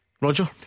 Roger